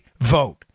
vote